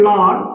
Lord